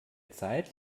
zeit